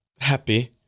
happy